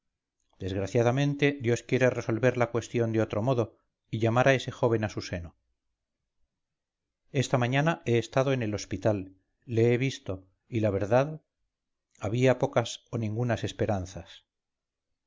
desgraciadamente dios quiere resolver la cuestión de otro modo y llamar a ese joven a su seno esta mañana he estado en el hospital le he visto y la verdad había pocas o ningunas esperanzas